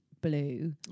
Blue